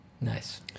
Nice